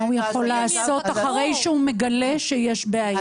מה הוא יכול לעשות אחרי שהוא מגלה שיש בעיה?